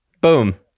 Boom